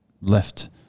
left